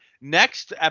Next